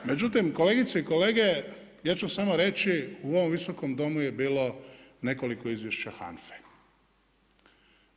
Međutim, kolegice i kolege, ja ću vam samo reći u ovom Visokom domu je bilo nekoliko izvješća HANFA-e.